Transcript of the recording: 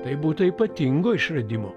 tai būta ypatingo išradimo